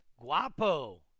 Guapo